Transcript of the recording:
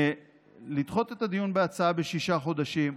לדחות את הדיון בהצעה בשישה חודשים.